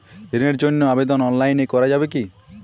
ঋণের জন্য আবেদন অনলাইনে করা যাবে কি?